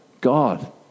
God